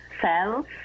cells